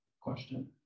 question